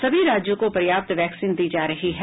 सभी राज्यों को पर्याप्त वैक्सीन दी जा रही है